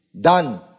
done